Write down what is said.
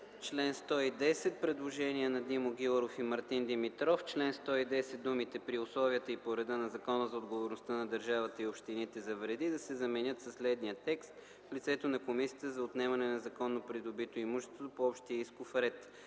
народните представители Димо Гяуров и Мартин Димитров. „В чл. 110 думите: „при условията и по реда на Закона за отговорността на държавата и общините за вреди” да се заменят със следния текст: „в лицето на комисията за отнемане на незаконно придобито имущество по общия исков ред”.”